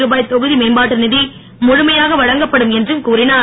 ருபாய் தொகுதி மேம்பாட்டு நீதி முழுமையாக வழங்கப்படும் என்றும் கூறிஞர்